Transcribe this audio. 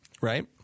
right